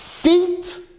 feet